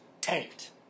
tanked